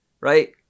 right